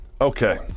Okay